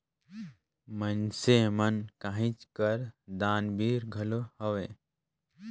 मइनसे मन कहेच कर दानबीर घलो हवें